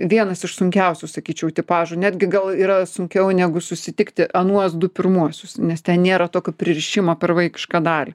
vienas iš sunkiausių sakyčiau tipažų netgi gal yra sunkiau negu susitikti anuos du pirmuosius nes ten nėra tokio pririšimo per vaikišką dalį